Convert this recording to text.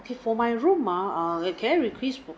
okay for my room ah err can I request for